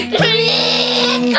green